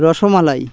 rasmalai